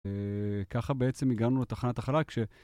ככה בעצם הגענו לתחנת החלל כש...